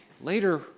later